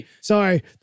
Sorry